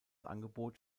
angebot